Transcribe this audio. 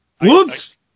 Whoops